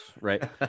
right